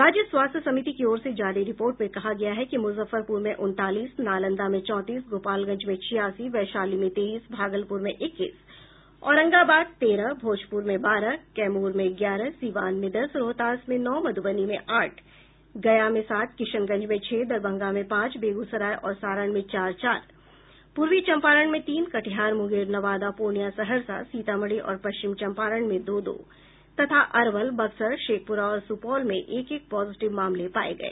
राज्य स्वास्थ्य समिति की ओर से जारी रिपोर्ट में कहा गया है कि मुजफ्फरपुर में उनतालीस नालंदा में चौतीस गोपालगंज में छियासी वैशाली में तेईस भागलपुर में इक्कीस औरंगाबाद तेरह भोजपूर में बारह कैमूर में ग्यारह सीवान में दस रोहतास में नौ मधुबनी में आठ गया में सात किशनगंज में छह दरभंगा में पांच बेगूसराय और सारण में चार चार पूर्वी चंपारण में तीन कटिहार मुंगेर नवादा पूर्णिया सहरसा सीतामढ़ी और पश्चिम चंपारण में दो दो तथा अरवल बक्सर शेखपुरा और सुपौल में एक एक पॉजिटिव मामले पाए गए